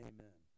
Amen